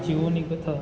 જેઓની કથા